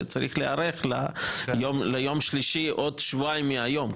שצריך להיערך ליום שלישי בעוד שבועיים מהיום.